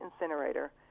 incinerator